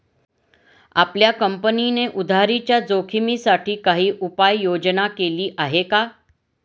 आपल्या कंपनीने उधारीच्या जोखिमीसाठी काही उपाययोजना केली आहे का?